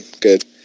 Good